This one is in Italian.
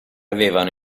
avevano